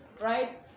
right